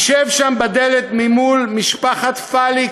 תשב שם בדלת ממול משפחת פאליק,